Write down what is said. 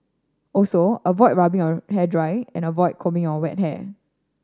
also avoid rubbing your hair dry and avoid combing on wet hair